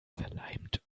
verleimt